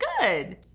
good